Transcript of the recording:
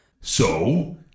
So